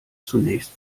zunächst